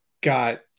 got